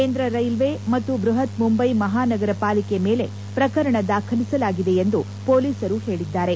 ಕೇಂದ್ರ ರೈಲ್ಲೇ ಮತ್ತು ಬ್ಬಹತ್ ಮುಂಬೈ ಮಹಾನಗರ ಪಾಲಿಕೆ ಮೇಲೆ ಪ್ರಕರಣ ದಾಖಲಿಸಲಾಗಿದೆ ಎಂದು ಪೋಲಿಸರು ಹೇಳಿದ್ದಾರೆ